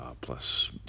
plus